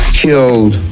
killed